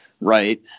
right